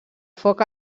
foc